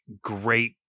great